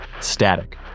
static